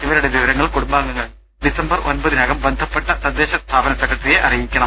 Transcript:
ഇവരുടെ വിവരങ്ങൾ കുടുംബാംഗം ഡിസംബർ ഒൻപതിനകം ബന്ധപ്പെട്ട തദ്ദേശസ്ഥാപന സെക്ര ട്ടറിയെ അറിയിക്കണം